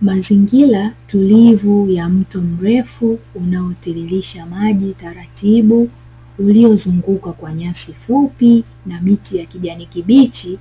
Mazingira tulivu ya mto mrefu unaotiririsha maji taratibu, uliozungukwa kwa nyasi fupi na miti ya kijani kibichi,